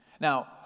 Now